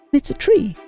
it's a tree.